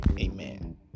amen